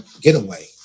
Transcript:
getaway